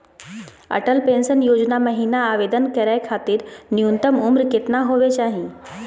Atal pension योजना महिना आवेदन करै खातिर न्युनतम उम्र केतना होवे चाही?